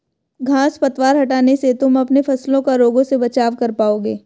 घांस पतवार हटाने से तुम अपने फसलों का रोगों से बचाव कर पाओगे